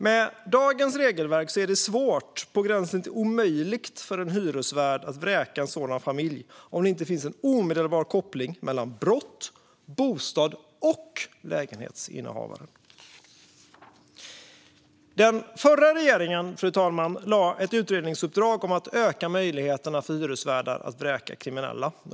Med dagens regelverk är det svårt, på gränsen till omöjligt, för en hyresvärd att vräka en sådan familj om det inte finns en omedelbar koppling mellan brott, bostad och lägenhetsinnehavare. Fru talman! Den förra regeringen gav ett utredningsuppdrag om att öka möjligheterna för hyresvärdar att vräka kriminella.